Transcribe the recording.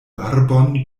arbon